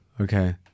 Okay